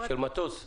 של מטוס זעיר,